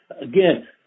again